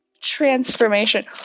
transformation